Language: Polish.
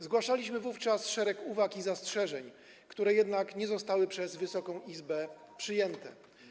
Zgłaszaliśmy wówczas szereg uwag i zastrzeżeń, które jednak nie zostały przez Wysoką Izbę przyjęte.